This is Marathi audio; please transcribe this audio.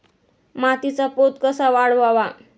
मातीचा पोत कसा वाढवावा?